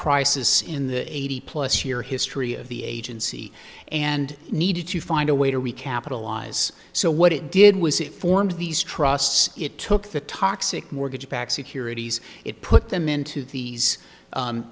crisis in the eighty plus year history of the agency and needed to find a way to recapitalize so what it did was it formed these trusts it took the toxic mortgage backed securities it put them into these